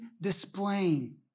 displaying